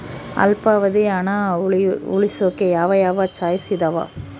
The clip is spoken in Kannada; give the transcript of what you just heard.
ಅಲ್ಪಾವಧಿ ಹಣ ಉಳಿಸೋಕೆ ಯಾವ ಯಾವ ಚಾಯ್ಸ್ ಇದಾವ?